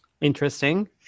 Interesting